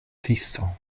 tiso